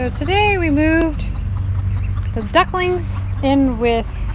ah today we moved the ducklings in with